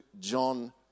John